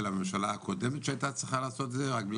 הממשלה הקודמת שהייתה צריכה לעשות את זה אבל לא